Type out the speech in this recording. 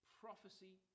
prophecy